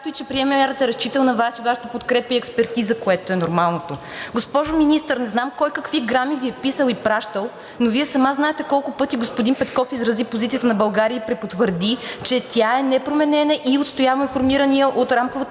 и че премиерът е разчитал на Вас и Вашата подкрепа и експертиза, което е нормалното. Госпожо Министър, не знам кой какви грами Ви е писал и пращал, но Вие сама знаете колко пъти господин Петков изрази позицията на България и препотвърди, че тя е непроменена и отстояваме формирания от рамковата